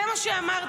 זה מה שאמרתי.